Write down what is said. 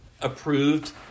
approved